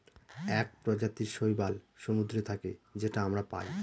এক প্রজাতির শৈবাল সমুদ্রে থাকে যেটা আমরা পায়